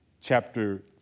chapter